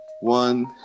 one